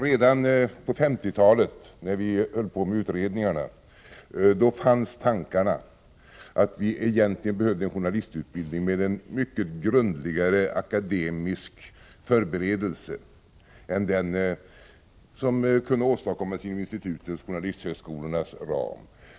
Redan på 1950-talet när vi höll på med utredningarna fanns tankarna att vi egentligen behövde en journalistutbildning med en mycket grundligare akademisk förberedelse än den som kunde åstadkommas inom institutens och journalisthögskolornas ram.